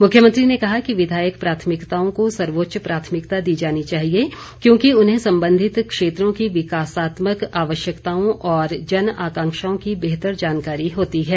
मुख्यमंत्री ने कहा कि विधायक प्राथमिकताओं को सर्वोच्च प्राथमिकता दी जानी चाहिए क्योंकि उन्हें संबंधित क्षेत्रों की विकासात्मक आवश्यकताओं और जनआकांक्षाओं की बेहतर जानकारी होती है